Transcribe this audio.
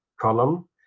column